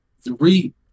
three